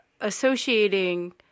associating